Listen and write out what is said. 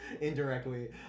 indirectly